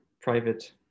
private